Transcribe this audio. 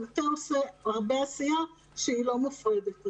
המטה עושה הרבה עשייה שהיא לא מופרדת.